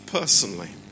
personally